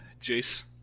Jace